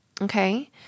okay